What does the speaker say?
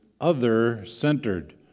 other-centered